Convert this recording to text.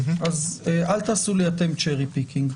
אל תעשו לי אתם cherry picking.